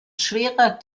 schwerer